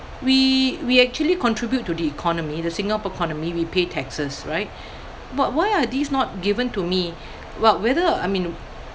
we we actually contribute to the economy the Singapore economy we pay taxes right but why are these not given to me what whether I mean